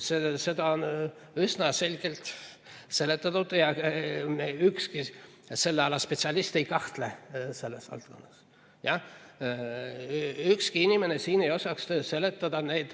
Seda on üsna selgelt seletatud ja ükski selle ala spetsialist ei kahtle selles valdkonnas. Ükski inimene siin ei oskaks seletada neid